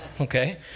Okay